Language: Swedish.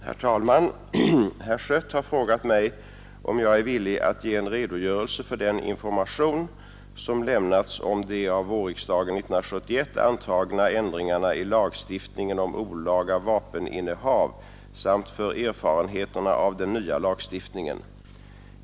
Herr talman! Herr Schött har frågat mig om jag är villig att ge en redogörelse för den information som lämnats om de av vårriksdagen 1971 antagna ändringarna i lagstiftningen om olaga vapeninnehav samt för erfarenheterna av den nya lagstiftningen.